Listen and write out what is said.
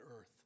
earth